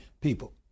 people